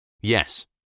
Yes